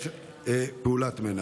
פעולת מנע.